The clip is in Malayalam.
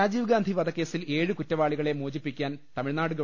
രാജീവ്ഗാന്ധി വധക്കേസിൽ ഏഴ് കുറ്റവാളികളെ മോചിപ്പി ക്കാൻ തമിഴ്നാട് ഗവ